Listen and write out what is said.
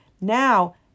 now